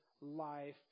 life